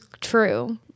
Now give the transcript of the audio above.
true